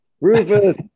Rufus